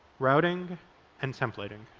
routing and templating.